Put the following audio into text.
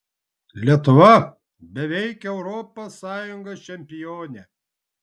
lietuva beveik europos sąjungos čempionė